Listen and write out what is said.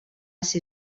ser